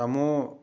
ꯇꯥꯃꯣ